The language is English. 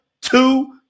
two